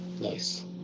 Nice